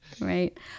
Right